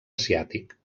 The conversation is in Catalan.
asiàtic